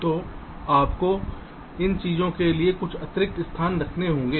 तो आपको इन चीजों के लिए कुछ अतिरिक्त स्थान रखने होंगे